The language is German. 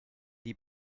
die